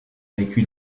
vécu